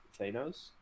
Thanos